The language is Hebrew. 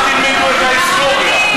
רק תלמדו את ההיסטוריה.